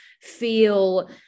feel